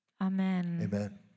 Amen